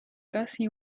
casi